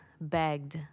begged